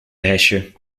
ijsje